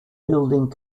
building